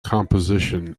composition